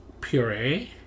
Puree